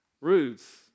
Roots